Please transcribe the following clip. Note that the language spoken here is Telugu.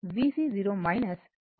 అని పిలుస్తారు